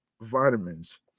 vitamins